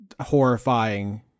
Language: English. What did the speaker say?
horrifying